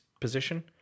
position